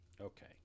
Okay